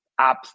apps